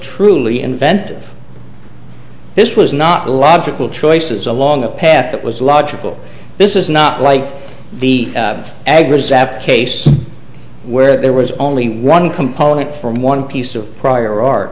truly inventive this was not a logical choices along a path that was logical this is not like the average sat case where there was only one component from one piece of prior ar